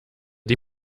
die